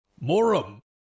Morum